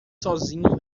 sozinho